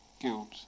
guilt